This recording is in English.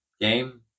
game